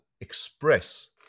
express